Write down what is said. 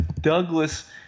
Douglas